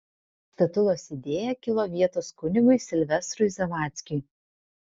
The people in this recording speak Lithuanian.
statulos idėja kilo vietos kunigui silvestrui zavadzkiui